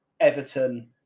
Everton